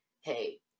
hey